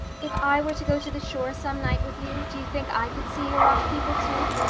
if i were to go to the shore some night with you do you think i could see your rock people too?